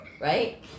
right